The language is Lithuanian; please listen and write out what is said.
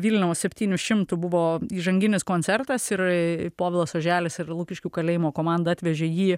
vilniaus septynių šimtų buvo įžanginis koncertas ir povilas oželis ir lukiškių kalėjimo komanda atvežė jį